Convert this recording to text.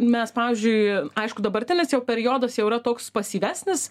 mes pavyzdžiui aišku dabartinis jau periodas jau yra toks pasyvesnis